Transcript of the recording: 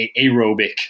aerobic